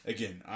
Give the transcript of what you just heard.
Again